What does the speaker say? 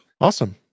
Awesome